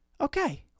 Okay